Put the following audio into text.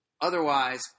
Otherwise